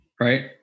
right